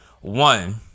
One